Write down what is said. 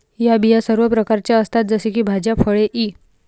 या बिया सर्व प्रकारच्या असतात जसे की भाज्या, फळे इ